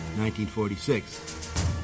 1946